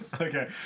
Okay